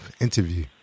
interview